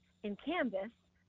in canvas,